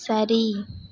சரி